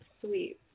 Sweet